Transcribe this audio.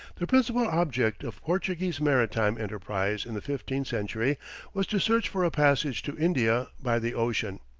the principal object of portuguese maritime enterprise in the fifteenth century was to search for a passage to india by the ocean.